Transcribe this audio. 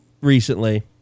recently